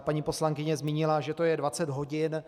Paní poslankyně zmínila, že to je 20 hodin.